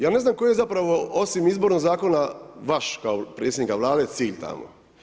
Ja ne znam koji je zapravo osim Izbornog zakona vaš kao predsjednika Vlade cilj tamo.